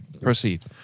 proceed